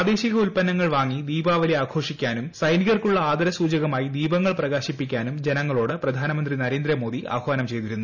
പ്രാദേശിക ഉത്പന്ന ങ്ങൾ വാങ്ങി ദീപാവലി ആഘോഷി ക്കാനും സൈനികർക്കുള്ള ആദരസൂചകമായി ദീപങ്ങൾ പ്രകാശിപ്പിക്കാനും ജനങ്ങളോട് പ്രധാനമന്ത്രി നരേന്ദ്രമോദി ആഹ്വാനം ചെയ്തിരുന്നു